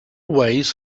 ways